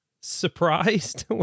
surprised